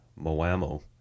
moamo